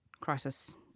crisis